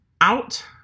out